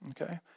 okay